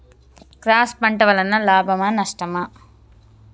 Cross పంట వలన లాభమా నష్టమా?